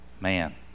Man